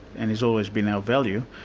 and has always been our value,